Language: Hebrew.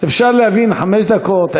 שאפשר להבין חמש דקות,